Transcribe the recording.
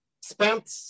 spent